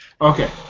Okay